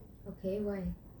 okay why